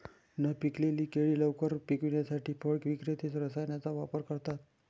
न पिकलेली केळी लवकर पिकवण्यासाठी फळ विक्रेते रसायनांचा वापर करतात